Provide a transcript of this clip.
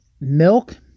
milk